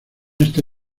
este